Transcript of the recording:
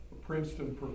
Princeton